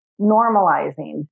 normalizing